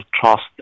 Trust